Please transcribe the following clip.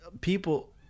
people